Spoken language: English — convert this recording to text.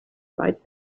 right